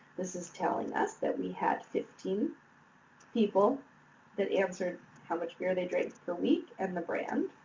this is telling us that we had fifteen people that answered how much beer they drank per week and the brand.